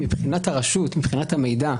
מבחינת הרשות והמידע,